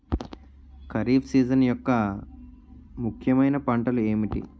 Kharif season యెక్క ముఖ్యమైన పంటలు ఏమిటీ?